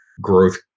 growth